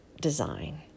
design